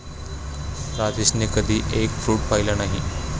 राजेशने कधी egg fruit पाहिलं नाही